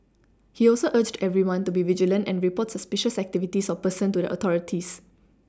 he also urged everyone to be vigilant and report suspicious activities or persons to the authorities